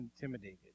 intimidated